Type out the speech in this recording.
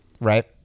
right